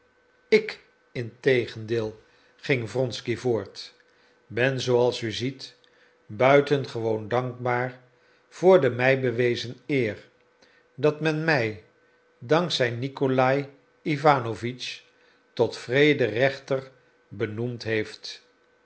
ik integendeel ging wronsky voort ben zooals u ziet buitengewoon dankbaar voor de mij bewezen eer dat men mij dank zij nikolaï iwanowitsch tot vrederechter benoemd heeft